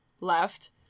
left